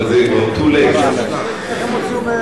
אבל זה כבר too late, אני מוכן לוותר.